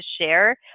share